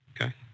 Okay